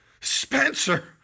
Spencer